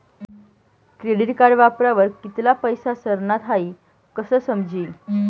credit card वापरावर कित्ला पैसा सरनात हाई कशं समजी